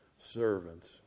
servants